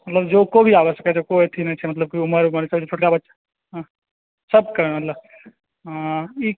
मतलब जो को भी आबय सकय तऽ कोइ अथी नहि छै मतलब उमर मे छोटका बड़का सबके मतलब ई